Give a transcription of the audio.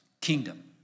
kingdom